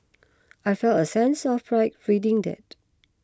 I felt a sense of pride reading that